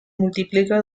multiplica